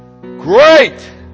great